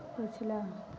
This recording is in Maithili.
पछिला